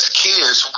kids